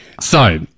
So-